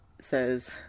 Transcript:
says